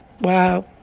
Wow